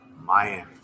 Miami